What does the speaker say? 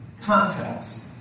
context